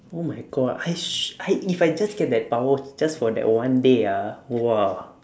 oh my god I if I just get that power just for that one day ah !wah!